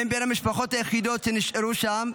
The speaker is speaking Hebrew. והם בין המשפחות היחידות שנשארו שם,